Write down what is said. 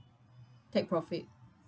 take profit